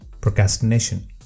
procrastination